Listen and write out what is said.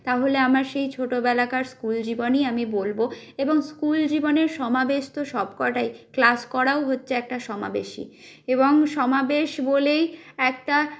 তাহলে আমার সেই ছোটবেলাকার স্কুল জীবনই আমি বলব এবং স্কুল জীবনের সমাবেশ তো সব কটাই ক্লাস করাও হচ্ছে একটা সমাবেশই এবং সমাবেশ বলেই একটা